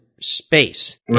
space